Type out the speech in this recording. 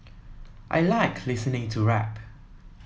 I like listening to rap